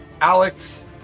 Alex